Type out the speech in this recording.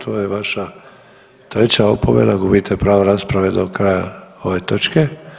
To je vaša treća opomena, gubite pravo rasprave do kraja ove točke.